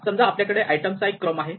समजा आपल्याकडे आयटमचा एक क्रम आहे